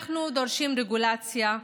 אנחנו דורשים רגולציה,